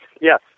Yes